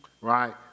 right